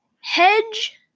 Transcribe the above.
hedge